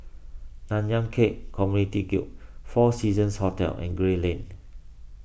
Nanyang Khek Community Guild four Seasons Hotel and Gray Lane